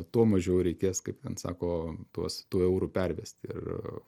tuo mažiau reikės kaip ten sako tuos tų eurų pervesti ir